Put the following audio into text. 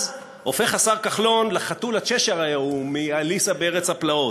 אז הופך השר כחלון לחתול הצ'שייר ההוא מ"עליסה בארץ הפלאות":